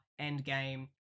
Endgame